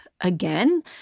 again